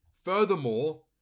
Furthermore